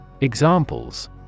Examples